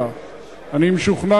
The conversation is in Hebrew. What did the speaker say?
אלא שאמרו לנו שמשרד